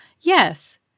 Yes